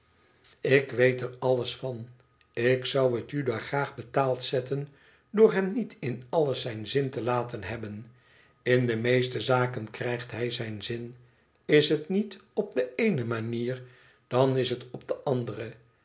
ik weet er alles van ik zou het juda graag betaald zetten door hem niet in alles zijn zin te laten hebben in de meeste zaken krijgt hij zijn zin is het niet op de eene manier dan is het op eene andere